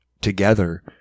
together